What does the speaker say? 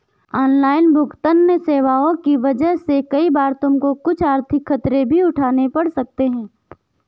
online भुगतन्न सेवाओं की वजह से कई बार तुमको कुछ आर्थिक खतरे भी उठाने पड़ सकते हैं